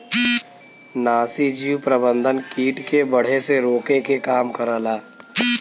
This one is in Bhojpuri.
नाशीजीव प्रबंधन कीट के बढ़े से रोके के काम करला